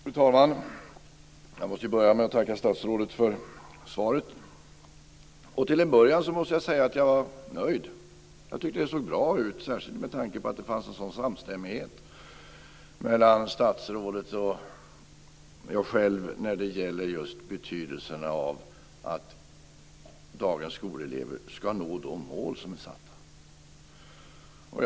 Fru talman! Jag måste börja med att tacka statsrådet för svaret. Till en början måste jag säga att jag var nöjd. Jag tyckte att det såg bra ut, särskilt med tanke på att det fanns en sådan samstämmighet mellan statsrådet och mig själv när det gäller just betydelsen av att dagens skolelever ska nå de mål som är satta.